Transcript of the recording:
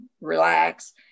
relax